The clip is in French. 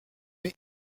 mais